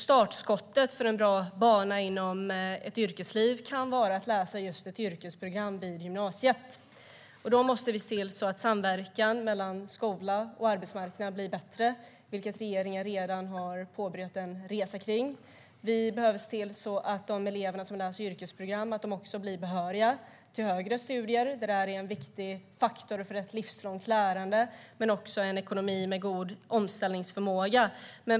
Startskottet för en bra bana inom ett yrkesliv kan vara att läsa ett yrkesprogram på gymnasiet. Då måste vi se till att samverkan mellan skola och arbetsmarknad blir bättre, vilket regeringen redan har påbörjat en resa mot. Vi behöver se till att de elever som läser yrkesprogram blir behöriga till högre studier, vilket är en faktor för ett livslångt lärande men också för en ekonomi med god omställningsförmåga.